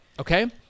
Okay